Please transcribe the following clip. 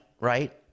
right